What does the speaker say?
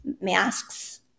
masks